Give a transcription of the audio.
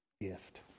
gift